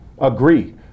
agree